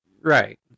Right